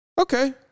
okay